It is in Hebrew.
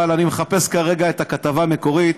אבל אני מחפש כרגע את הכתבה המקורית.